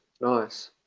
nice